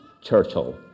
churchill